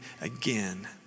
again